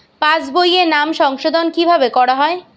পাশ বইয়ে নাম সংশোধন কিভাবে করা হয়?